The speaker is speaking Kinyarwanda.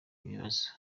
ibibazo